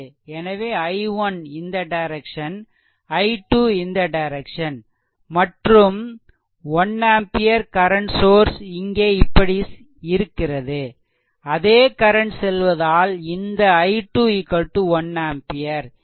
எனவே i1 இந்த direction i2 இந்த டைரெக்சன் மற்றும் 1 ஆம்பியர் கரண்ட் சோர்ஸ் இங்கே இப்படி இருக்கிறது அதே கரண்ட் செல்வதால் இந்த i2 1 ஆம்பியர்